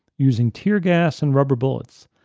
using tear gas and rubber bullets,